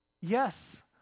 Yes